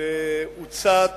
שהוצת